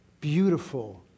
Beautiful